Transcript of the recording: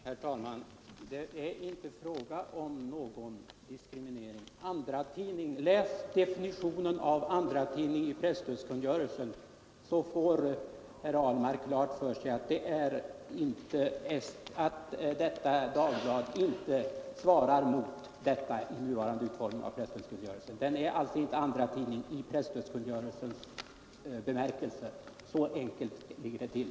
Herr talman! Det är inte fråga om någon diskriminering. Läs definitionen av begreppet ”andratidning” i presstödskungörelsen, herr Ahlmark, så får herr Ahlmark klart för sig att Estniska Dagbladet inte svarar mot denna definition med nuvarande utformning av presstödskungörelsen, Det är alltså inte en andratidning i presstödskungörelsens bemärkelse. Så enkelt ligger det till.